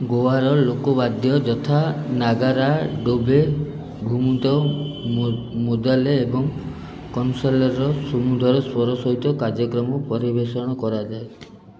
ଗୋଆର ଲୋକବାଦ୍ୟ ଯଥା ନାଗାରା ଡୋବେ ଘୁମୁତ ମୋଦାଲେ ଏବଂ କନସାଲେର୍ର ସୁମଧୁର ସ୍ୱର ସହିତ ଏହି କାର୍ଯ୍ୟକ୍ରମ ପରିବେଷଣ କରାଯାଏ